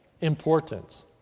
importance